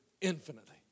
infinitely